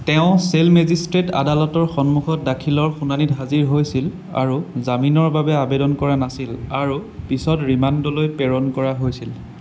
তেওঁ চেল মেজিষ্ট্ৰেট আদালতৰ সন্মুখত দাখিলৰ শুনানিত হাজিৰ হৈছিল আৰু জামিনৰ বাবে আবেদন কৰা নাছিল আৰু পিছত ৰিমাণ্ডলৈ প্ৰেৰণ কৰা হৈছিল